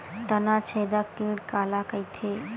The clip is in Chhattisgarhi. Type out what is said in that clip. तनाछेदक कीट काला कइथे?